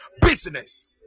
business